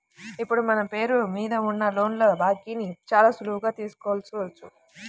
ఇప్పుడు మన పేరు మీద ఉన్న లోన్ల బాకీని చాలా సులువుగా తెల్సుకోవచ్చు